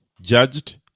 judged